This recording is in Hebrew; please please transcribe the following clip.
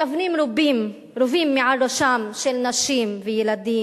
מכוונים רובים מעל ראשם של נשים וילדים,